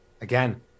Again